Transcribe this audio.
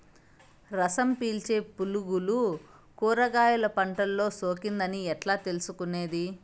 రసం పీల్చే పులుగులు కూరగాయలు పంటలో సోకింది అని ఎట్లా తెలుసుకునేది?